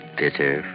bitter